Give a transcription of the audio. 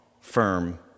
Firm